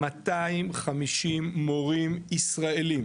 250 מורים ישראלים